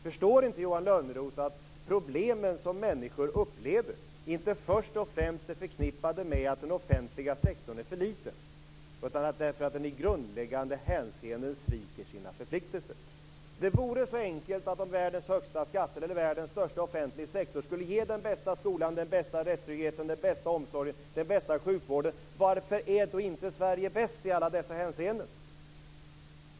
Förstår inte Johan Lönnroth att problemen som människor upplever inte först och främst är förknippade med att den offentliga sektorn är för liten utan för att den i grundläggande hänseenden sviker sina förpliktelser? Om det vore så enkelt att om världens högsta skatter eller världens största offentliga sektor skulle ge den bästa skolan, den bästa rättstryggheten, den bästa omsorgen, den bästa sjukvården, varför är inte Sverige bäst i alla dessa hänseenden?